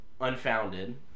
unfounded